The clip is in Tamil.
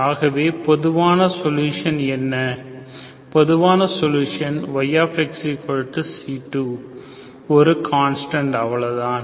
ஆகவே பொதுவான சொலுஷன் என்ன பொதுவான சொலுஷன் yxc2 ஒரு கான்ஸ்டன்ட் அவ்வளவுதான்